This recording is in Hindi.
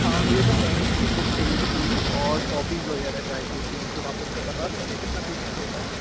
हाँ मुझे ना टेंथ की बुक चाहिए थी पूरी और कॉपी वगैरह चाहिए थी तो आप उसका बता सकते हैं कितना पेमेंट होता है